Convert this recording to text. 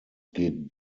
geht